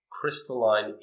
crystalline